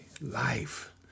life